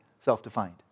self-defined